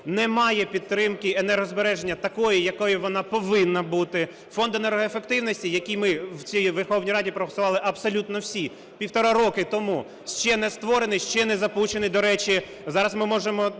Немає підтримки енергозбереження такої, якою вона повинна бути. Фонд енергоефективності, який ми в цій Верховній Раді проголосували абсолютно всі півтора роки тому, ще не створений, ще не запущений. До речі, зараз ми можемо